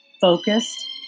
focused